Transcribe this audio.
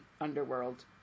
underworld